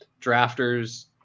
drafters